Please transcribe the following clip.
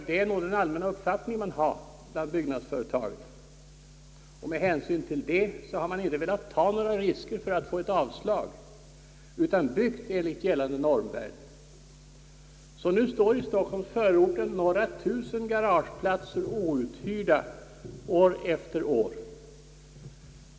Detta är den allmänna uppfattning man har bland byggnadsföretagen, och med hänsyn härtill har man inom företagen i allmänhet inte vågat ta några risker utan byggt enligt gällande normvärden. Därför står nu i Stockholms förorter några tusen garageplatser outhyrda år efter år.